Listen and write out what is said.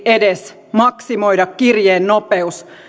edes yritettiin maksimoida kirjeen nopeus